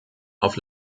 auf